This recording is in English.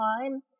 time